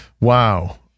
wow